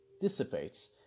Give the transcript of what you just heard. dissipates